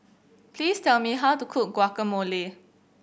please tell me how to cook Guacamole